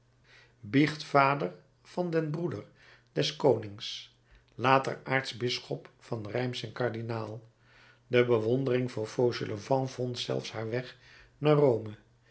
biechtvader van den broeder des konings later aartsbisschop van reims en kardinaal de bewondering voor fauchelevent vond zelfs haar weg naar rome